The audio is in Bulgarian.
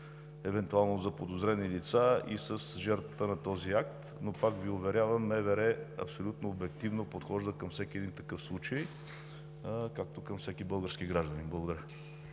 евентуално заподозрени лица и с жертвата на този акт. Пак Ви уверявам, МВР абсолютно обективно подхожда към всеки един такъв случай, както и към всеки български гражданин. Благодаря.